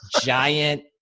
giant